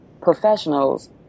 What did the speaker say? professionals